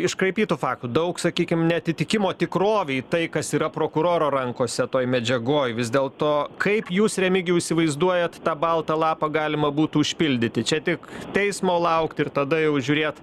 iškraipytų faktų daug sakykim neatitikimo tikrovei tai kas yra prokuroro rankose toj medžiagoj vis dėl to kaip jūs remigijau įsivaizduojat tą baltą lapą galima būtų užpildyti čia tik teismo laukti ir tada jau žiūrėt